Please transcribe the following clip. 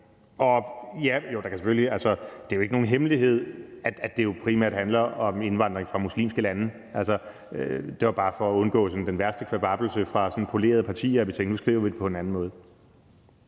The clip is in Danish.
Det er jo ikke nogen hemmelighed, at det primært handler om indvandring fra muslimske lande. Det var bare for at undgå den værste kvababbelse fra polerede partier, at vi tænkte, at nu skriver vi det på en anden måde.